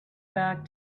back